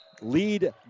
lead